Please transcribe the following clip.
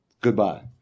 Goodbye